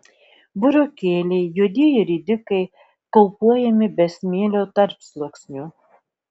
burokėliai juodieji ridikai kaupuojami be smėlio tarpsluoksnių